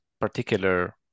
particular